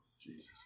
Jesus